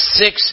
six